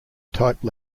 type